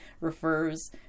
refers